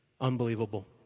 unbelievable